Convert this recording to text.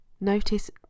notice